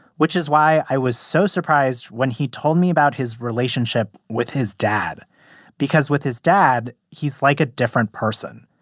which is why i was so surprised when he told me about his relationship with his dad because with his dad, he's like a different person.